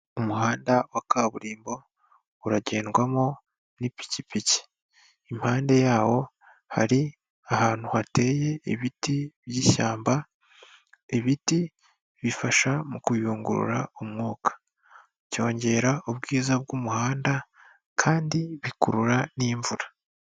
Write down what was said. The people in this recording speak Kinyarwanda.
Umuhanda wa kaburimbo uragendwamo n'ipikipiki impande yawo hari ahantu hateye ibiti by'ishyamba ibiti bifasha mu kuyungurura umwuka byongera ubwiza bw'umuhanda kandi bikurura n'imvura.